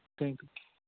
thank you